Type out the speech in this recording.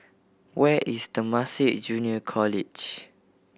where is Temasek Junior College